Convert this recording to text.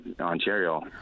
Ontario